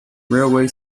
railway